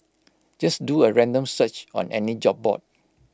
just do A random search on any job board